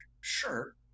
sure